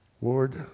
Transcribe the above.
Lord